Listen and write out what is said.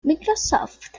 microsoft